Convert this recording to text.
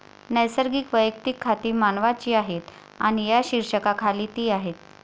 नैसर्गिक वैयक्तिक खाती मानवांची आहेत आणि या शीर्षकाखाली ती आहेत